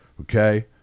okay